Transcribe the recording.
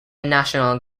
national